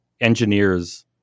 engineers